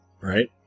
right